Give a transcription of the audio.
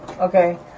Okay